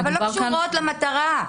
אבל לא קשורות למטרה.